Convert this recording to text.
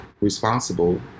responsible